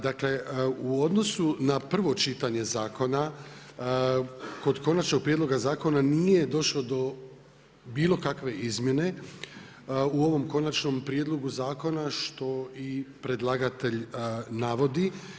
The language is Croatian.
Dakle, u odnosu na prvo čitanje zakona, kod konačnog prijedloga zakona nije došlo do bilokakve izmjene u ovom konačnom prijedloga zakona što i predlagatelj navodi.